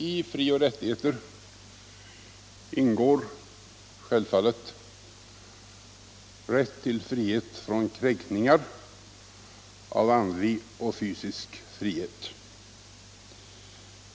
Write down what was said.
I fri och rättigheter ingår självfallet rätt till frihet från kränkningar av andlig och fysisk art.